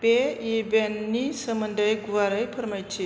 बे इभेन्टनि सोमोन्दै गुवारै फोरमायथि